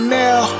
now